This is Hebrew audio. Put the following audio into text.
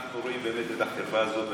אנחנו רואים את החרפה הזאת,